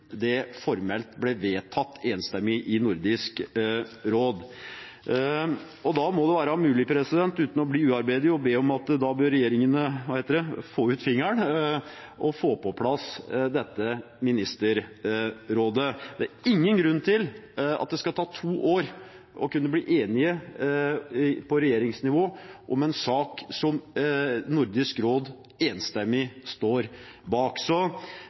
det formelt ble vedtatt enstemmig i Nordisk råd. Da må det være mulig, uten å være uærbødig, å be regjeringene om å få ut fingeren og få på plass dette ministerrådet. Det er ingen grunn til at det skal ta to år å bli enige på regjeringsnivå om en sak som Nordisk råd enstemmig står bak.